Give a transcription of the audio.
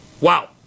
Wow